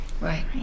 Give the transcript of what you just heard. right